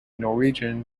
norwegian